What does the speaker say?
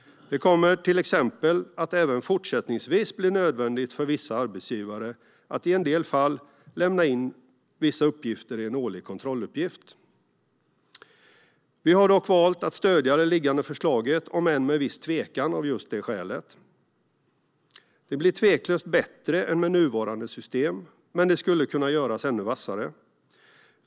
Det kommer till exempel att även fortsättningsvis bli nödvändigt för vissa arbetsgivare att i en del fall lämna in vissa uppgifter i en årlig kontrolluppgift. Vi har dock valt att stödja det liggande förslaget, om än med viss tvekan, av just detta skäl. Det blir tveklöst bättre än med nuvarande system, men det skulle kunna göras ännu vassare.